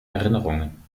erinnerungen